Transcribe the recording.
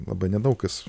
labai nedaug kas